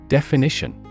Definition